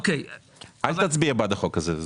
אל תצביע בעד החוק הזה.